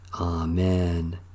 Amen